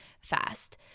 fast